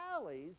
valleys